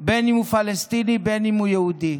בין שהוא פלסטיני, בין שהוא יהודי.